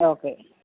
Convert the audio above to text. okay